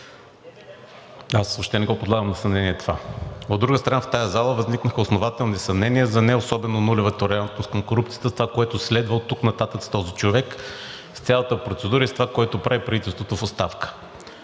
Аз въобще не го подлагам на съмнение това. От друга страна, в тази зала възникнаха основателни съмнения за неособено нулева толерантност към корупцията за това, което следва оттук нататък с този човек, с цялата процедура и с това, което прави правителството в оставка.